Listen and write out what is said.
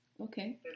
Okay